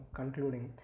concluding